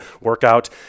workout